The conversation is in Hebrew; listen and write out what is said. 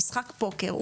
שמשחק פוקר,